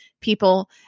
people